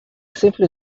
simply